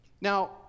Now